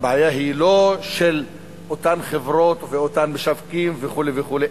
הבעיה היא לא של אותן חברות ואותם משווקים וכו' וכו',